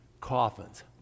coffins